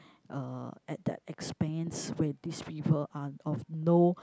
uh at the expense where this fever are of no